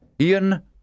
Ian